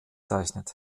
beschrieben